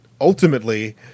ultimately